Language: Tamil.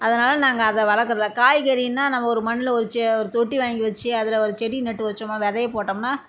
அதனால நாங்கள் அதை வளர்க்கல காய்கறின்னா நம்ம ஒரு மண்ணில் வச்சு ஒரு தொட்டி வாங்கி வச்சு அதில் ஒரு செடி நட்டு வச்சமா விதைய போட்டம்னா